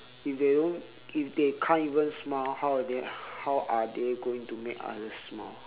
if they don't if they can't even smile how are they how are they going to make other people smile also